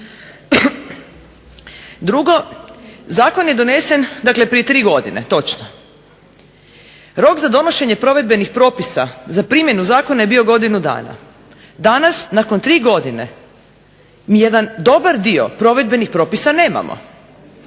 Drugo. Zakon je donesen, dakle prije tri godine točno. Rok za donošenje provedbenih propisa za primjenu zakona je bio godinu dana. Danas nakon tri godine mi jedan dobar dio provedbenih propisa nemamo.